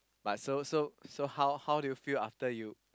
but so so so how how do you feel after you